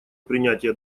принятия